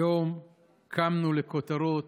היום קמנו לכותרות